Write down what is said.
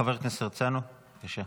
חבר כנסת הרצנו, בבקשה.